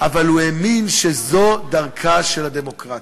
אבל הוא האמין שזו דרכה של הדמוקרטיה.